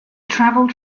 traveled